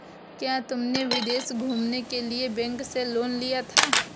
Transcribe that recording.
क्या तुमने विदेश घूमने के लिए बैंक से लोन लिया था?